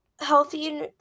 healthy